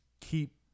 keep